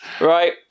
right